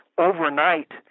Overnight